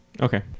Okay